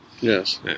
Yes